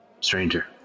stranger